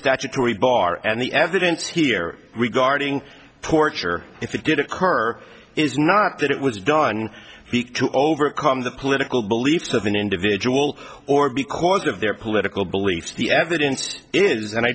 statutory bar and the evidence here regarding porcher if it did occur is not that it was done to overcome the political beliefs of an individual or because of their political beliefs the evidence is and i